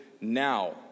now